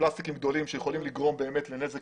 פלסטיקים גדולים שיכולים לגרום לנזק